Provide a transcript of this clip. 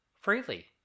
Freely